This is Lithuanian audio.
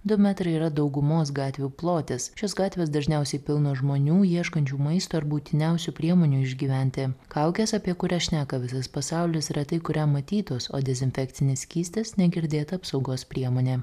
du metrai yra daugumos gatvių plotis šios gatvės dažniausiai pilnos žmonių ieškančių maisto ir būtiniausių priemonių išgyventi kaukės apie kurias šneka visas pasaulis retai kuriam matytos o dezinfekcinis skystis negirdėta apsaugos priemonė